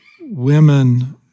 women